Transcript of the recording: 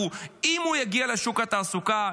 אם הוא יגיע לשוק התעסוקה,